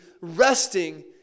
Resting